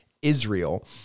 Israel